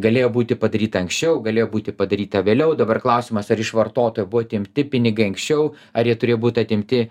galėjo būti padaryta anksčiau galėjo būti padaryta vėliau dabar klausimas ar iš vartotojo buvo atimti pinigai anksčiau ar jie turėjo būt atimti